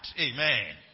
Amen